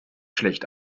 schlecht